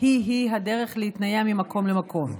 היא-היא הדרך להתנייע ממקום למקום.